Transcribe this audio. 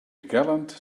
gallant